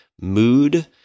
mood